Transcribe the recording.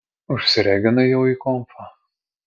užsireginai jau į konfą